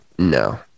No